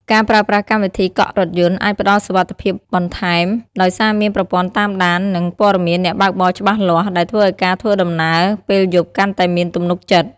ការប្រើប្រាស់កម្មវិធីកក់រថយន្ត អាចផ្ដល់សុវត្ថិភាពបន្ថែម ដោយសារមានប្រព័ន្ធតាមដាន និងព័ត៌មានអ្នកបើកបរច្បាស់លាស់ ដែលធ្វើឱ្យការធ្វើដំណើរពេលយប់កាន់តែមានទំនុកចិត្ត។